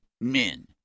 men